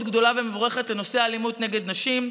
גדולה ומבורכת לנושא האלימות נגד נשים.